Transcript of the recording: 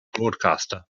broadcaster